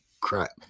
crap